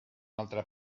altre